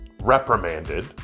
reprimanded